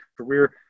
career